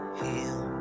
heal